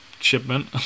shipment